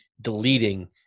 deleting